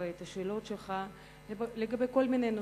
ואת התשובות שלך לגבי כל מיני נושאים.